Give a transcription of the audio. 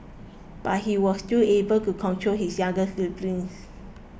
but he was still able to control his younger siblings